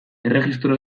erregistro